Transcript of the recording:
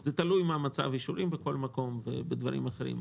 זה תלוי במצב האישורים בכל מקום ובדברים אחרים,